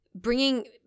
bringing